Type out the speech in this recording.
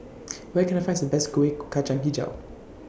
Where Can I Find Some Best Kueh Kacang Hijau